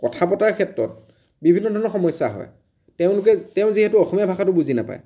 কথা পতাৰ ক্ষেত্ৰত বিভিন্ন ধৰণৰ সমস্য়া হয় তেওঁলোকে তেওঁ যিহেতু অসমীয়া ভাষাটো বুজি নাপায়